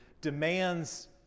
demands